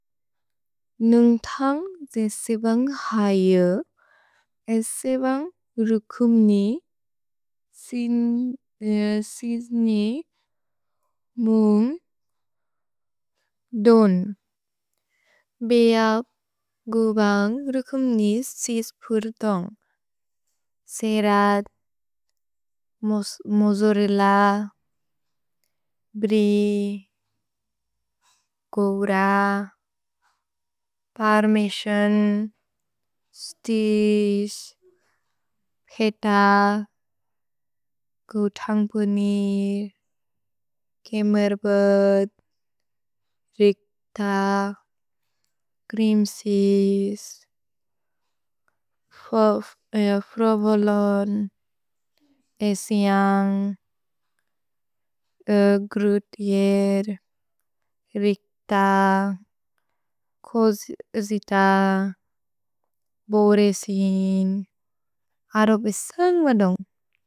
नुन्ग् थन्ग् देसेबन्ग् हैअ, एसेबन्ग् रुकुम् नि सिन् एल् सिस्नि मुन्ग् दोन्। भेअब् गुबन्ग् रुकुम् नि सिस्पुर् तोन्ग्। ग्रिम्सिस्, फ्रोवोलोन्, एसेअन्ग्, ग्रुत्जेर्, रिक्त, कोजित, बोरेसिन्। अरोपेसन्ग् मदुन्ग्!।